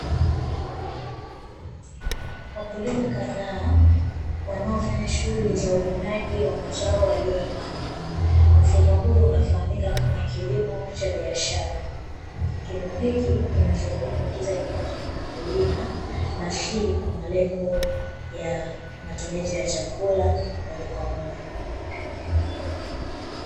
Wakulima kadhaa wanaofanya shughuli za uvunaji wa mazao waliyoyapanda. Mfumo huu unafahamika kama kilimo cha biashara. Kilimo hiki kinasaidia kuingiza kipato kwa mkulima na si kwa malengo ya matumizi ya chakula moja kwa moja.